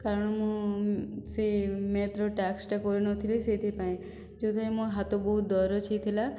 କାରଣ ମୁଁ ସେ ମ୍ୟାଥର ଟାସ୍କଟା କରିନଥିଲି ସେଇଥିପାଇଁ ଯେଉଁଥି ପାଇଁ ମୋ ହାତ ବହୁତ ଦରଜ ହେଇଥିଲା